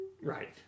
Right